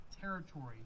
territory